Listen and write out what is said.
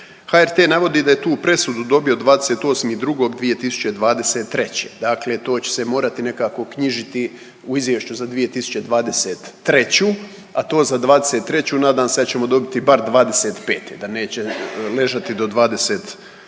HRT navodi da je tu presudu dobio 28.2.2023., dakle to će se morati nekako knjižiti u izvješću za 2023., a to za '23. nadam se da ćemo dobiti bar '25. da neće ležati do 20